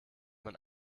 man